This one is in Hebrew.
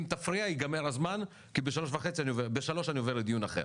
אם תפריע ייגמר הזמן כי ב-15:00 אני עובר לדיון אחר.